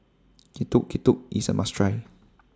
Getuk Getuk IS A must Try